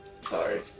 Sorry